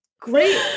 great